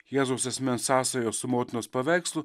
jėzaus asmens sąsajos su motinos paveikslu